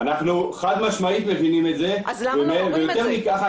אנחנו חד משמעית מבינים את זה ויותר מכך,